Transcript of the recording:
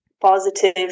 positive